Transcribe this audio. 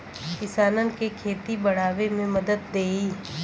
किसानन के खेती बड़ावे मे मदद देई